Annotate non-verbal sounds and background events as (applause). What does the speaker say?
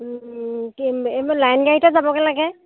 (unintelligible) এইবোৰ লাইন গাড়ীটা যাবগে লাগে